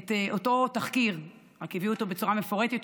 את אותו תחקיר, רק הביאו אותו בצורה מפורטת יותר,